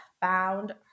found